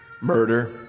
murder